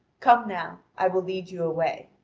come now, i will lead you away.